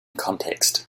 context